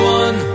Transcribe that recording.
one